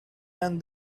and